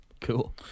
cool